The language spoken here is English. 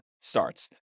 starts